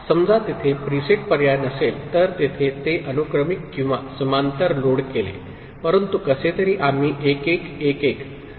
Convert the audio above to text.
समजा तेथे प्रीसेट पर्याय नसेल तर तेथे ते अनुक्रमिक किंवा समांतर लोड केले परंतु कसे तरी आम्ही 1 1 1 1